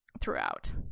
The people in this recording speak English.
throughout